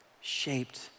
shaped